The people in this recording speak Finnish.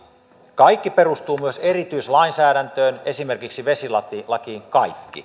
kaikki perustuu myös erityislainsäädäntöön esimerkiksi vesilakiin kaikki